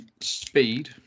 speed